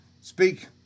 speak